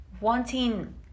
wanting